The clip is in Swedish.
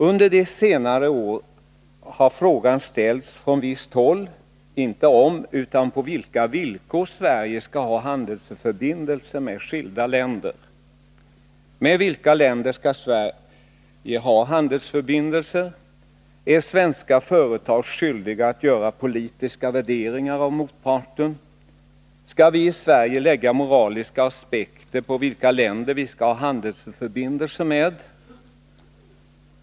Under senare år har frågan ställts från visst håll inte om utan på vilka villkor Sverige skall ha handelsförbindelser med skilda länder. Med vilka länder skall Sverige ha handelsförbindelser? Är svenska företag skyldiga att göra politiska värderingar av motparten? Skall vi i Sverige lägga moraliska aspekter på vilka länder vi skall ha handelsförbindelser med?